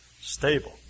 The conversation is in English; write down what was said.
stable